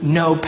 no